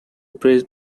praised